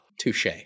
Touche